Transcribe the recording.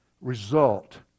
result